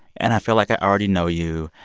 and i feel like i already know you.